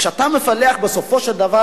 כשאתה מפלח בסופו של דבר,